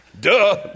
Duh